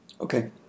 Okay